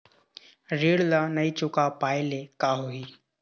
ऋण ला नई चुका पाय ले का होही?